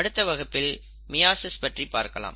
அடுத்த வகுப்பில் மியாசிஸ் பற்றி பார்க்கலாம்